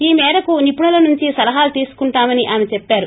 ఈ మేరకు నిపుణుల నుంచి సలహాలు తీసుకుంటామని ఆమె చెప్పారు